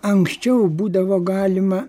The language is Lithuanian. anksčiau būdavo galima